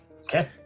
Okay